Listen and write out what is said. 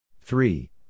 Three